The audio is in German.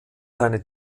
seine